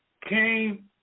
came